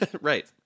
right